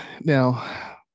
now